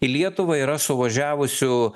į lietuvą yra suvažiavusių